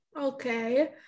Okay